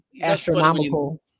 astronomical